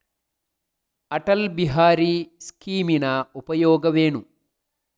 ಅಟಲ್ ಬಿಹಾರಿ ಸ್ಕೀಮಿನ ಉಪಯೋಗವೇನು?